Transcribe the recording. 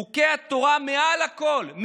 חוקי התורה מעל הכול.